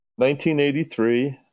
1983